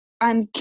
I'm-